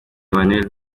emmanuel